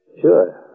Sure